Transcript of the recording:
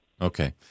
Okay